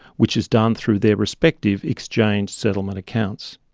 which is done through their respective exchange settlement accounts.